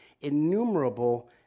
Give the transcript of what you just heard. innumerable